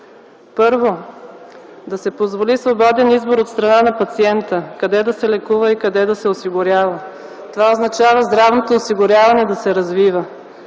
Първо – да се позволи свободен избор от страна на пациента къде да се лекува и къде да се осигурява. Това означава здравното осигуряване да се развива,